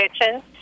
kitchen